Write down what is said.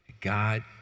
god